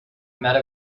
matter